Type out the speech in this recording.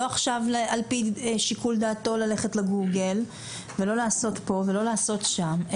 לא עכשיו על פי שיקול דעתו ללכת לגוגל ולא לעשות פה ולא לעשות שם,